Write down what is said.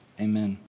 Amen